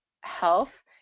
health